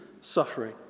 suffering